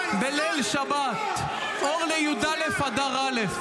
בליל שבת אור לי"א אדר א',